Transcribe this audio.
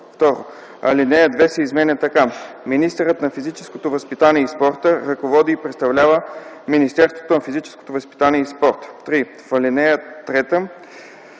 2. Алинея 2 се изменя така: „(2) Министърът на физическото възпитание и спорта ръководи и представлява Министерството на физическото възпитание и спорта”. 3. В ал. 3: